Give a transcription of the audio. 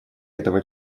этого